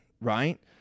Right